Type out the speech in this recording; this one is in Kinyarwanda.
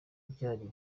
byari